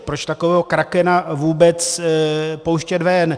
Proč takového krakena vůbec pouštět ven?